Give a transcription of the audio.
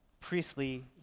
priestly